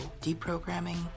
deprogramming